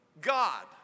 God